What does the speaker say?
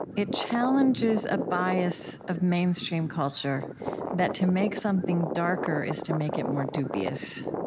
it challenges a bias of mainstream culture that to make something darker is to make it more dubious.